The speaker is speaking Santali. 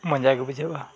ᱢᱚᱡᱟ ᱜᱮ ᱵᱩᱡᱷᱟᱹᱜᱼᱟ